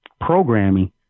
programming